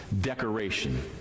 decoration